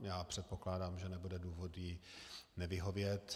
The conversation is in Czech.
Já předpokládám, že nebude důvod jí nevyhovět.